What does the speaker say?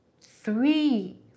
three